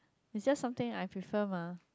it's just something I prefer mah